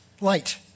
Light